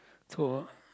so